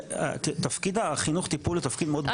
שבעצם התפקיד החינוך טיפול הוא תפקיד מאוד בודד.